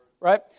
right